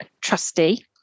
trustee